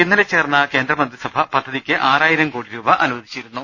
ഇന്നലെ ചേർന്ന കേന്ദ്ര മന്ത്രിസഭ പദ്ധതിക്ക് ആറാ യിരം കോടി രൂപ അനുവദിച്ചിരുന്നു